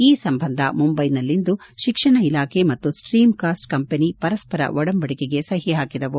ಈ ಸಂಬಂಧ ಮುಂಬೈನಲ್ಲಿಂದು ಶಿಕ್ಷಣ ಇಲಾಖೆ ಮತ್ತು ಸ್ವೀಮ್ ಕಾಸ್ಟ್ ಕಂಪನಿ ಪರಸ್ವರ ಒಡಂಬಡಿಕೆಗೆ ಸಹಿ ಹಾಕಿದವು